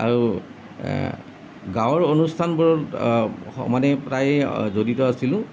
আৰু গাঁৱৰ অনুষ্ঠানবোৰত সমানেই প্ৰায় জড়িত আছিলোঁ